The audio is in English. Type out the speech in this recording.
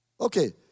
okay